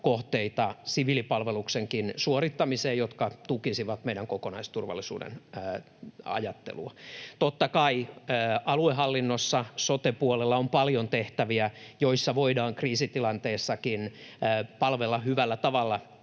kohteita siviilipalveluksenkin suorittamiseen, jotka tukisivat meidän kokonaisturvallisuuden ajattelua. Totta kai aluehallinnossa, sote-puolella on paljon tehtäviä, joissa voidaan kriisitilanteessakin palvella hyvällä tavalla